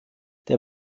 der